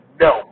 no